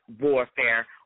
warfare